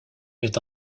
met